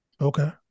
Okay